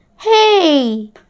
hey